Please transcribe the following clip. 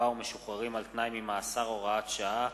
ומשוחררים על תנאי ממאסר (הוראת שעה),